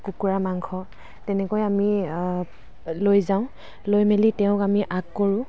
কুকুৰা মাংস তেনেকৈ আমি লৈ যাওঁ লৈ মেলি তেওঁক আমি আগ কৰোঁ